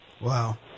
Wow